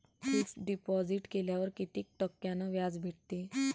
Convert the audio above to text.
Fix deposit केल्यावर कितीक टक्क्यान व्याज भेटते?